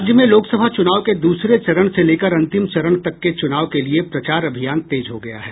राज्य में लोकसभा चुनाव के दूसरे चरण से लेकर अंतिम चरण तक के चुनाव के लिये प्रचार अभियान तेज हो गया है